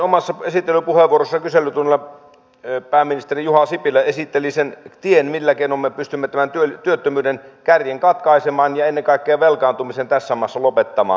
omassa puheenvuorossaan kyselytunnilla pääministeri juha sipilä esitteli sen tien millä keinoin me pystymme tämän työttömyyden kärjen katkaisemaan ja ennen kaikkea velkaantumisen tässä vaiheessa lopettamaan